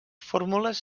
fórmules